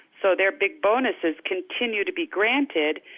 so their big bonuses continue to be granted,